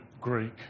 Greek